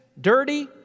dirty